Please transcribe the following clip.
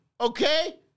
okay